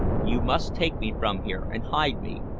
you must take me from here and hide me.